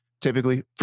typically